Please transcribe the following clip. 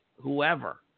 whoever